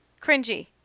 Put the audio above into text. Cringy